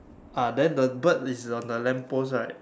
ah then the bird is on the lamp post right